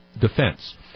defense